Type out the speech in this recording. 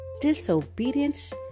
disobedience